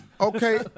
Okay